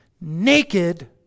naked